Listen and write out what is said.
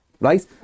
right